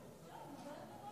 עד שלוש דקות